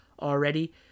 already